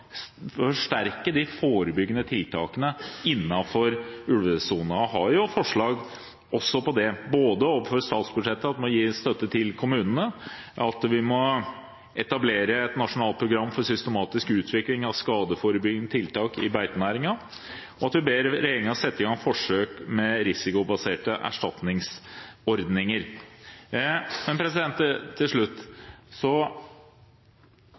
har forslag om det, både ved støtte til kommunene over statsbudsjettet, ved å etablere et nasjonalt program for systematisk utvikling av skadeforebyggende tiltak for beitenæringen, og ved at man ber regjeringen sette i gang forsøk med risikobaserte erstatningsordninger.